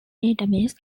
database